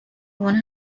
one